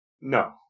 No